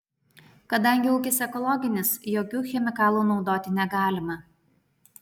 kadangi ūkis ekologinis jokių chemikalų naudoti negalima